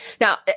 Now